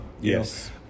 yes